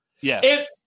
Yes